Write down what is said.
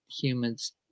humans